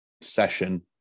session